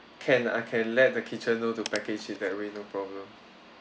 can I can let the kitchen know the package in that way no problem